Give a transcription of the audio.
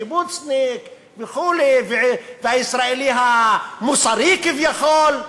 קיבוצניק וכו', והישראלי המוסרי-כביכול?